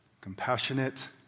compassionate